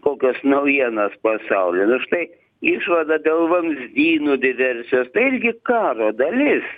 kokios naujienos pasaulio nu štai išvada dėl vamzdynų didersijos tai irgi karo dalis